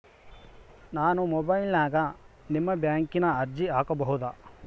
ನಾವು ಮೊಬೈಲಿನ್ಯಾಗ ನಿಮ್ಮ ಬ್ಯಾಂಕಿನ ಅರ್ಜಿ ಹಾಕೊಬಹುದಾ?